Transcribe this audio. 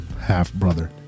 half-brother